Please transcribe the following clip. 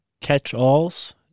catch-alls